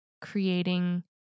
creating